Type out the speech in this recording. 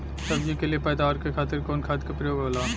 सब्जी के लिए पैदावार के खातिर कवन खाद के प्रयोग होला?